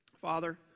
Father